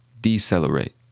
decelerate